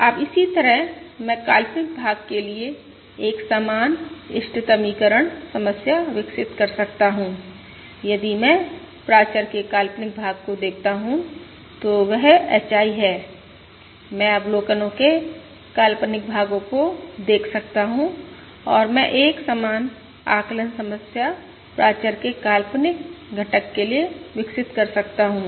अब इसी तरह मैं काल्पनिक भाग के लिए एक समान इष्टतमीकरण समस्या विकसित कर सकता हूं यदि मैं प्राचर के काल्पनिक भाग को देखता हूं तो वह HI है मैं अवलोकनो के काल्पनिक भागों को देख सकता हूं और मैं एक समान आकलन समस्या प्राचर के काल्पनिक घटक के लिए विकसित कर सकता हूं